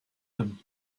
him